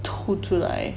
吐出来